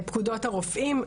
פקודות הרופאים,